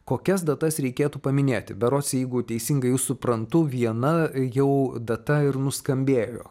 kokias datas reikėtų paminėti berods jeigu teisingai jus suprantu viena jau data ir nuskambėjo